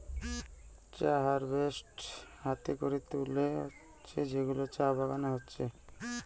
চা হারভেস্ট হাতে করে তুলা হতিছে যেগুলা চা বাগানে হতিছে